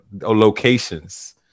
locations